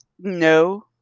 No